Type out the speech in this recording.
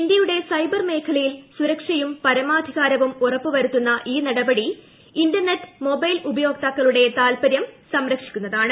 ഇന്ത്യയുടെ സൈബർ മേഖലയിൽ സുരക്ഷയും പരമാധികാരവും ഉറപ്പുവരുത്തുന്ന ഈ നടപടി ഇന്റർനെറ്റ് മെബൈൽ ഉപയോക്താക്കളുടെ താൽപ്പര്യം സംരക്ഷിക്കുന്നതാണ്